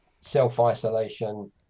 self-isolation